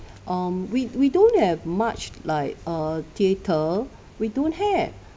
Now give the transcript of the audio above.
um we we don't have much like a theater we don't have